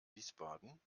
wiesbaden